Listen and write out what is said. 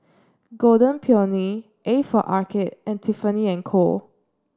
Golden Peony A for Arcade and Tiffany And Co